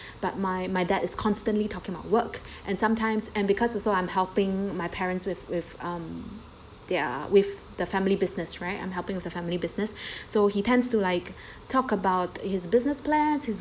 but my my dad is constantly talking about work and sometimes and because also I'm helping my parents with with um their with the family business right I'm helping with the family business so he tends to like talk about his business plans his